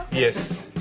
yes.